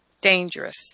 dangerous